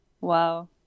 Wow